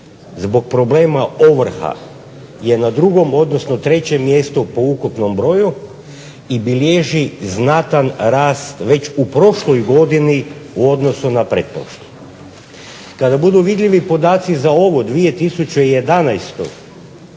zbog problema ovrha je na drugom, odnosno trećem mjestu po ukupnom broju i bilježi znatan rast već u prošloj godini u odnosu na pretprošlu. Kada budu vidljivi podaci za ovu 2011.